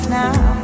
now